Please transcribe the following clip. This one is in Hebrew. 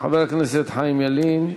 חבר הכנסת חיים ילין,